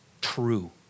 true